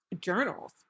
journals